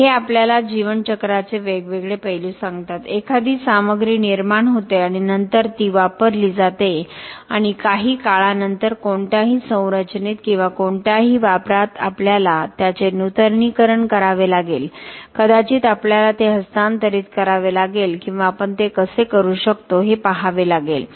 तर हे आपल्याला जीवनचक्राचे वेगवेगळे पैलू सांगतात एखादी सामग्री निर्माण होते आणि नंतर ती वापरली जाते आणि काही काळानंतर कोणत्याही संरचनेत किंवा कोणत्याही वापरात आपल्याला त्याचे नूतनीकरण करावे लागेल कदाचित आपल्याला ते हस्तांतरित करावे लागेल किंवा आपण ते कसे करू शकतो हे पहावे लागेल